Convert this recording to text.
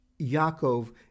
Yaakov